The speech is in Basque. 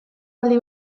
aldi